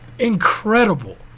incredible